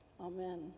Amen